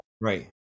right